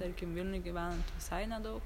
tarkim vilniuj gyvenant visai nedaug